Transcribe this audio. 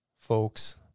folks